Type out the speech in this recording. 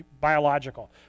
biological